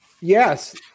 yes